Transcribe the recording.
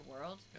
world